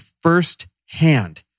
firsthand